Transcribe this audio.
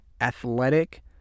athletic